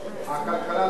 הכלכלה לא מחלחלת.